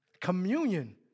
Communion